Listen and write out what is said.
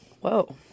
Whoa